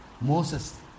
Moses